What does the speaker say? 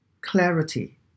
Clarity